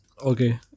Okay